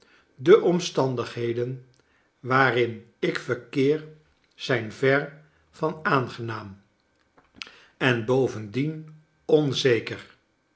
de omstandigheden waarin ik verkeer zijn ver van aangenaam en bovendien onzeker